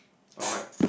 okay